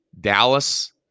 Dallas